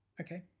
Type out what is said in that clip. Okay